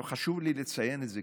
חשוב לי לציין את זה,